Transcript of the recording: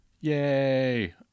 Yay